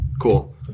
Cool